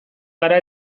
gara